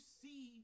see